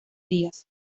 días